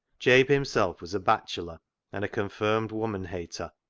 jabe himself was a bachelor and a confirmed woman-hater.